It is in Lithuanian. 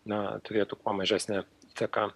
na turėtų kuo mažesnę įtaką